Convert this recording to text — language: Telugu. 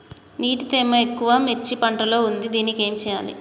నీటి తేమ ఎక్కువ మిర్చి పంట లో ఉంది దీనికి ఏం చేయాలి?